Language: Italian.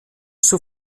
suo